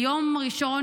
ביום ראשון,